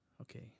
okay